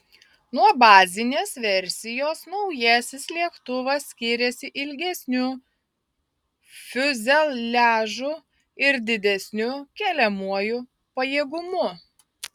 nuo bazinės versijos naujasis lėktuvas skiriasi ilgesniu fiuzeliažu ir didesniu keliamuoju pajėgumu